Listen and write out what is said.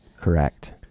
Correct